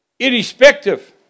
Irrespective